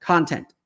Content